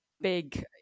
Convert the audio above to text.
big